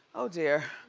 oh dear,